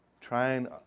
trying